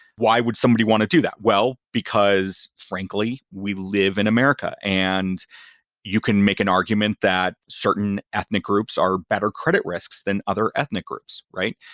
why would somebody want to do that? well, because, frankly, we live in america. and you can make an argument that certain ethnic groups are better credit risks than other ethnic groups, right?